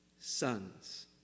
sons